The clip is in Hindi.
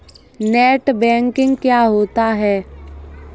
नेट बैंकिंग क्या होता है?